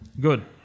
Good